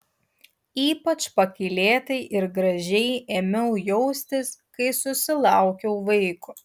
ypač pakylėtai ir gražiai ėmiau jaustis kai susilaukiau vaiko